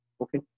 okay